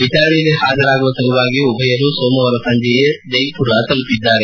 ವಿಚಾರಣೆಗೆ ಹಾಜರಾಗುವ ಸಲುವಾಗಿ ಉಭಯರೂ ಸೋಮವಾರ ಸಂಜೆಯೇ ಜೈವುರ ತಲುಪಿದ್ದಾರೆ